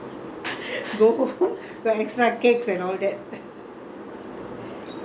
then once ah I bring my second brother's son you know I will [what]